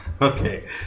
Okay